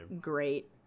great